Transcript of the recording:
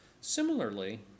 Similarly